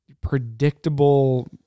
predictable